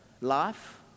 life